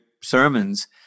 sermons